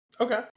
Okay